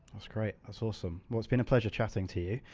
that's great, that's awesome. well, it's been a pleasure chatting to you.